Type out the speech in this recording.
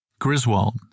Griswold